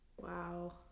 wow